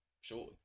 Sure